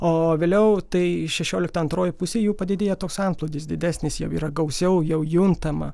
o vėliau tai šešioliktą antrojoj pusėj jau padidėja toks antplūdis didesnis jau yra gausiau jau juntama